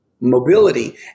mobility